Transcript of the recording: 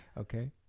Okay